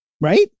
Right